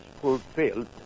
fulfilled